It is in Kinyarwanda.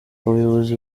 abayobozi